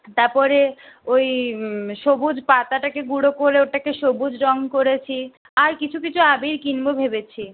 তার পরে ওই সবুজ পাতাটাকে গুঁড়ো করে ওটাকে সবুজ রং করেছি আর কিছু কিছু আবির কিনব ভেবেছি